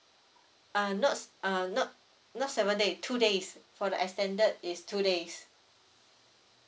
ah not s~ ah not not seven day two days for the extended is two days